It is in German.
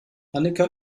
annika